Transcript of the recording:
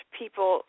people